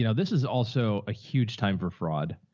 yeah this is also a huge time for fraud.